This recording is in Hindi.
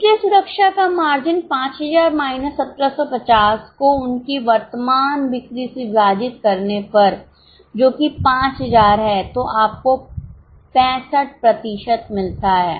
इसलिए सुरक्षा का मार्जिन 5000 माइनस 1750 को उनकी वर्तमान बिक्री से विभाजित करने पर जो कि 5000 है तो आपको 65 प्रतिशत मिलता है